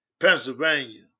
Pennsylvania